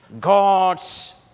God's